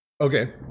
okay